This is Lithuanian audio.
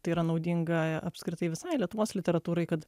tai yra naudinga apskritai visai lietuvos literatūrai kad